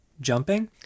jumping